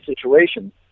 situations